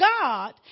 God